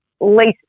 least